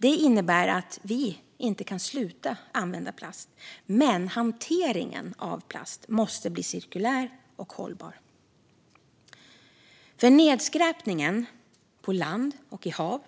Detta innebär att vi inte kan sluta använda plast, men hanteringen av plast måste bli cirkulär och hållbar. Nedskräpningen på land och i hav,